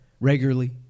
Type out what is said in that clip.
regularly